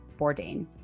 Bourdain